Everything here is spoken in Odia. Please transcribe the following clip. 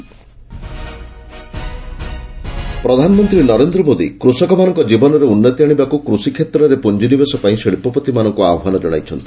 ପିଏମ୍ ଲକ୍ଷ୍ନୌ ପ୍ରଧାନମନ୍ତ୍ରୀ ନରେନ୍ଦ୍ର ମୋଦି କୃଷକମାନଙ୍କ ଜୀବନରେ ଉନ୍ନତି ଆଣିବାକୁ କୃଷିକ୍ଷେତ୍ରରେ ପୁଞ୍ଜିନିବେଶପାଇଁ ଶିଳ୍ପପତିମାନଙ୍କୁ ଆହ୍ୱାନ ଜଣାଇଛନ୍ତି